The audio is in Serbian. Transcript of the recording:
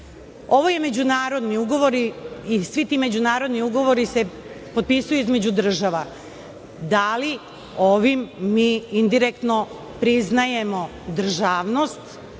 Ovo je međunarodni ugovor i svi ti međunarodni ugovori se potpisuju između država. Da li ovim mi indirektno priznajemo državnost